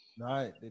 Right